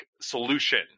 solution